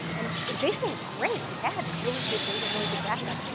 and jason was great. he had really good data, really good backup,